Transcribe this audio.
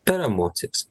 per emocijas